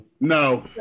no